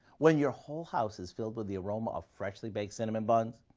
when your whole house is filled with the aroma of freshly baked cinnamon buns,